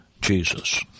Jesus